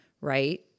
right